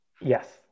Yes